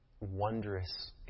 wondrous